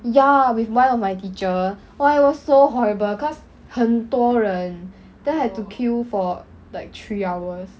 ya with one of my teacher why was so horrible cause 很多人 then had to queue for like three hours